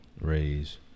raise